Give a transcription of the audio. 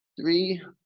Three